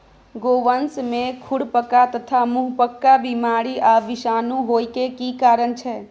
गोवंश में खुरपका तथा मुंहपका बीमारी आ विषाणु होय के की कारण छै?